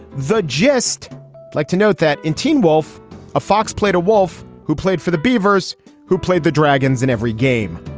just like to note that in teen wolf a fox played a wolf who played for the beavers who played the dragons in every game.